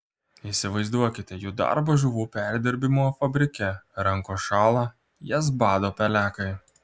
įsivaizduokite jų darbą žuvų perdirbimo fabrike rankos šąla jas bado pelekai